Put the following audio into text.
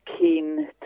keen